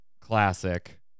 classic